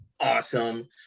awesome